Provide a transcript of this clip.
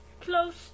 close